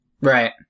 Right